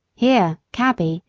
here, cabby!